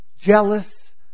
jealous